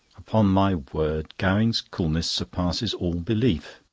upon my word, gowing's coolness surpasses all belief.